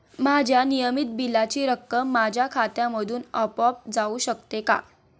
माझ्या नियमित बिलाची रक्कम माझ्या खात्यामधून आपोआप जाऊ शकते का?